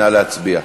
נא להצביע.